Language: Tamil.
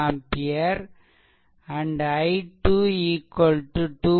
2 ampere I2 2